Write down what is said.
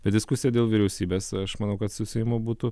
bet diskusija dėl vyriausybės aš manau kad su seimu būtų